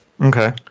Okay